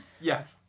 Yes